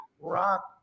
rock